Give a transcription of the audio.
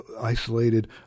isolated